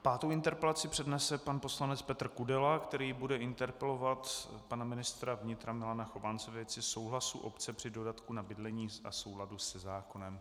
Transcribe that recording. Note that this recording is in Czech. Pátou interpelaci přednese pan poslanec Petr Kudela, který bude interpelovat pana ministra vnitra Milana Chovance ve věci souhlasu obce při dodatku na bydlení a souladu se zákonem.